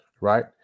right